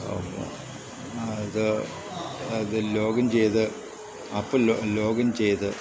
അത് അത് ലോഗിൻ ചെയ്ത് ആപ്പ് ലോഗിൻ ചെയ്ത്